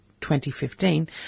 2015